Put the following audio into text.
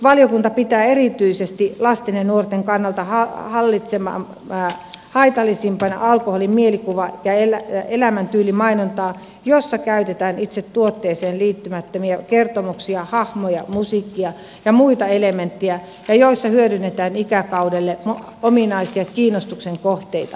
valiokunta pitää erityisesti lasten ja nuorten kannalta haitallisimpana alkoholin mielikuva ja elämäntyylimainontaa joissa käytetään itse tuotteeseen liittymättömiä kertomuksia hahmoja musiikkia ja muita elementtejä ja joissa hyödynnetään ikäkaudelle ominaisia kiinnostuksen kohteita